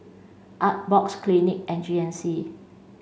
Artbox Clinique and G N C